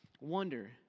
wonder